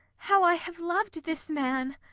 how i have loved this man!